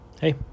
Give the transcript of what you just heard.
Hey